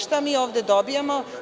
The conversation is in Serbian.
Šta mi ovde dobijamo?